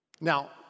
Now